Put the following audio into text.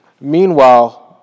Meanwhile